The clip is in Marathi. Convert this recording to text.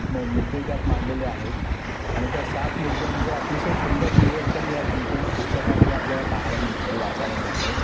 म मुद्दे त्यात मांडलेले आहेत आणि त्या सात मुद्द्यांचं अतिशय सुंदर विवेचन या संपूर्ण पुस्तकामधे आपल्याला पाहायला मिळतं वाचायला मिळतं